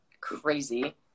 crazy